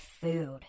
food